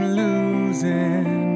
losing